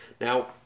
Now